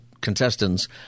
contestants